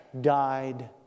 died